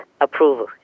approval